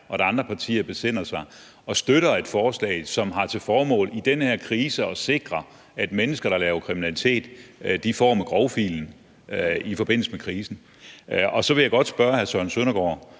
og at andre partier besinder sig og støtter et forslag, som har til formål i den her krise at sikre, at mennesker, der begår kriminalitet, får med grovfilen i forbindelse med krisen. Så vil jeg godt spørge hr. Søren Søndergaard